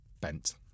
bent